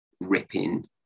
ripping